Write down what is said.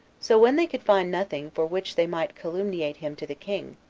so when they could find nothing for which they might calumniate him to the king,